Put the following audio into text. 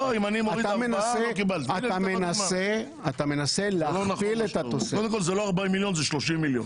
אתה מנסה להכפיל את התוספת.